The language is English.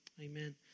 Amen